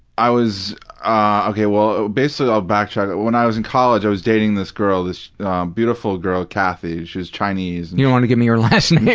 i was ah okay, well, basically i'll backtrack. when i was in college, i was dating this girl, this beautiful girl cathy. she was chinese. and you wanna give me her last